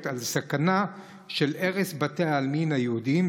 על סכנה של הרס בתי העלמין היהודיים,